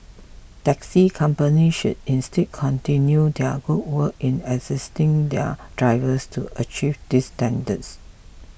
taxi companies should instead continue their good work in assisting their drivers to achieve these standards